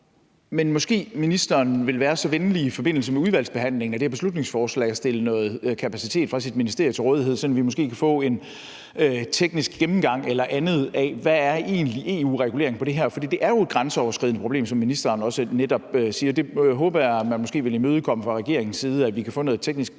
det! Måske ministeren vil være så venlig i forbindelse med udvalgsbehandlingen af det her beslutningsforslag at stille noget kapacitet fra sit ministerie til rådighed, sådan at vi måske kan få en teknisk gennemgang eller andet af, hvad EU-reguleringen af det her egentlig er. For det er jo, som ministeren også netop siger, et grænseoverskridende problem. Det håber jeg at man måske vil imødekomme fra regeringens side, altså at vi kan få noget teknisk bistand